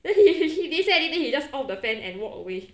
then he he didn't say anything he just off the fan and walked away